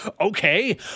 Okay